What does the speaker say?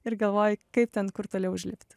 ir galvoji kaip ten kur toliau užlipti